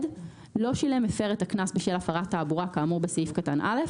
לא שילם את הקנס בשל הפרת תעבורה כאמור בסעיף קטן (א),